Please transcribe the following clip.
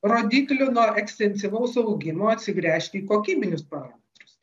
rodiklių nuo ekstensyvaus augimo atsigręžt į kokybinius parametrus